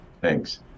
Thanks